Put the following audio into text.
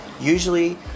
Usually